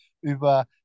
über